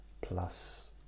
Plus